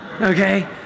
okay